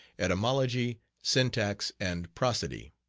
etymology, syntax, and prosody.